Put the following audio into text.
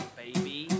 baby